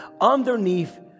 underneath